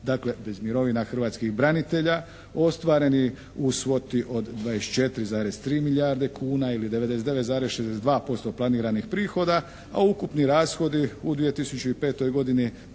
dakle bez mirovina hrvatskih branitelja ostvareni u svoti od 24,3 milijarde kuna ili 99,62% planiranih prihoda, a ukupni rashodi u 2005. godini,